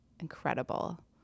incredible